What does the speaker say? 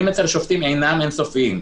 הדיונים אצל שופטים אינם אין סופיים.